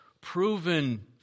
proven